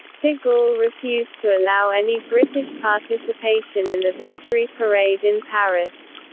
de gaulle refused to allow any british participation in the victory parade in paris.